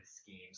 schemes